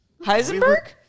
Heisenberg